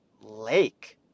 Lake